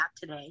today